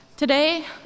Today